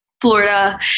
Florida